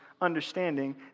understanding